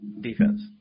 defense